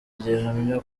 gihamya